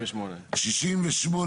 הצבעה בעד, 5 נגד, 7 נמנעים - 1 לא אושר.